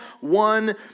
one